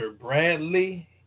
Bradley